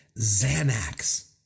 Xanax